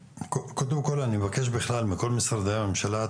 קודם כל, אני מבקש בכלל מכל משרדי הממשלה,